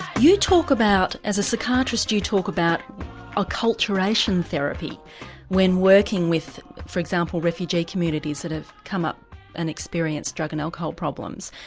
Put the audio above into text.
you talk about, as a psychiatrist, you talk about acculturation therapy when working with for example refugee communities that have come up and experienced drug and alcohol problems.